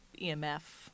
EMF